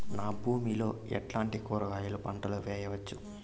నా భూమి లో ఎట్లాంటి కూరగాయల పంటలు వేయవచ్చు?